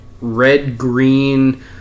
red-green